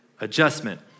adjustment